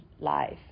life